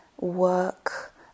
work